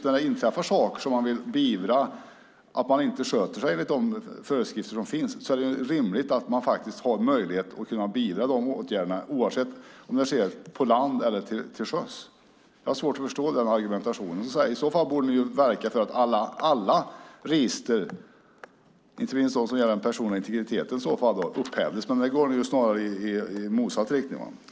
När det inträffar saker, när någon inte sköter sig enligt de föreskrifter som finns, då är det rimligt att kunna beivra detta, oavsett om det sker på land eller till sjöss. Jag har svårt att förstå Lars Tysklinds argumentation. I så fall borde man verka för att alla register, inte minst de som gäller den personliga integriteten, upphävs, men där går man snarare i motsatt riktning.